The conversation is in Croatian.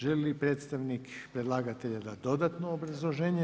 Želi li predstavnik predlagatelja dati dodatno obrazloženje?